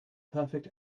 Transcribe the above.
perfect